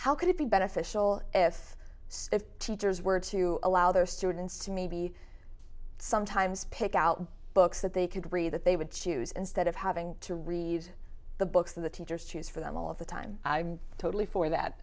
how could it be beneficial if teachers were to allow their students to maybe sometimes pick out books that they could read that they would choose instead of having to read the books of the teachers choose for them all of the time totally for that